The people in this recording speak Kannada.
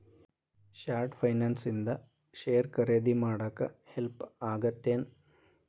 ಶಾರ್ಟ್ ಫೈನಾನ್ಸ್ ಇಂದ ಷೇರ್ ಖರೇದಿ ಮಾಡಾಕ ಹೆಲ್ಪ್ ಆಗತ್ತೇನ್